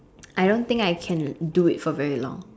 I don't think I can do it for very long